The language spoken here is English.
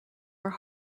are